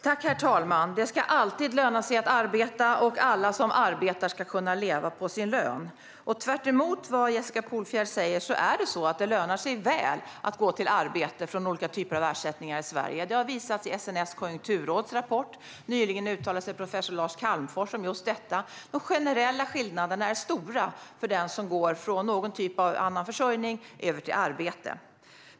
Herr talman! Det ska alltid löna sig att arbeta, och alla som arbetar ska kunna leva på sin lön. Tvärtemot vad Jessica Polfjärd säger lönar det sig väl att gå till arbete från olika typer av ersättningar i Sverige. Detta har visats i SNS Konjunkturråds rapport, och nyligen uttalade sig professor Lars Calmfors om just detta. De generella skillnaderna är stora för den som går från någon typ av annan försörjning över till arbete.